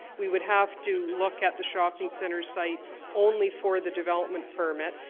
we would have to look at the shopping centre site only for the development permit,